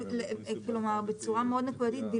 בצורה מאוד נקודתית,